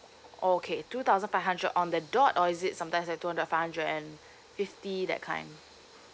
okay two thousand five hundred on the dot or is it sometimes have two hundred five hundred and fifty that kind